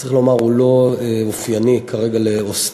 צריך לומר שהוא לא אופייני כרגע לאוסטרליה.